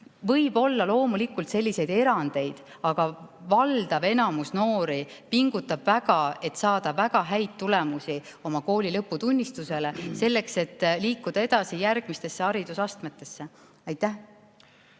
kirjas. Loomulikult võib olla erandeid, aga enamik noori pingutab väga, et saada väga häid tulemusi kooli lõputunnistusele, selleks et liikuda edasi järgmistesse haridusastmetesse. Aitäh!